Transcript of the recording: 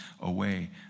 away